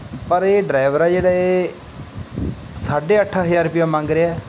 ਪਰ ਇਹ ਡਰਾਈਵਰ ਆ ਜਿਹੜਾ ਇਹ ਸਾਢੇ ਅੱਠ ਹਜ਼ਾਰ ਰੁਪਈਆ ਮੰਗ ਰਿਹਾ